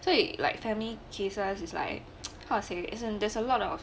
对 like family cases is like how to say it isn't there's a lot of